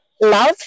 love